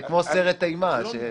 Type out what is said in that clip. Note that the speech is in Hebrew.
זה כמו סרט אימה.